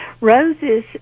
roses